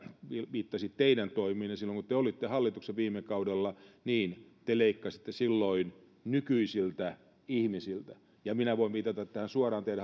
viittasi teidän toimiinne silloin kun te olitte hallituksessa viime kaudella te leikkasitte silloin nykyisiltä ihmisiltä minä voin viitata suoraan